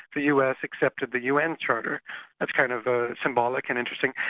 the us accepted the un charter that's kind of ah symbolic and interesting.